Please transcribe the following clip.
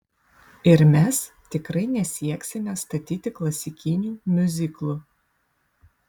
ir mes tikrai nesieksime statyti klasikinių miuziklų